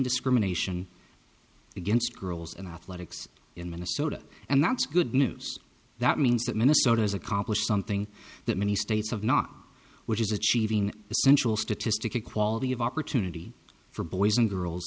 discrimination against girls in athletics in minnesota and that's good news that means that minnesota has accomplished something that many states have not which is achieving essential statistic equality of opportunity for boys and girls